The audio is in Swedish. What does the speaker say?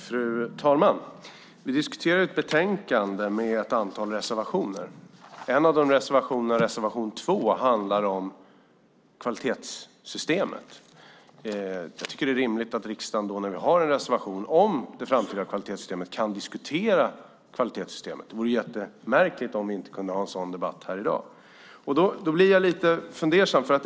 Fru talman! Vi diskuterar ett betänkande med ett antal reservationer. En av dem, reservation 2, handlar om kvalitetssystemet. Jag tycker att det är rimligt när vi har en reservation om det framtida kvalitetssystemet kan diskutera kvalitetssystemet. Det vore jättemärkligt om vi inte kunde ha en sådan debatt här i dag. Jag blir lite fundersam.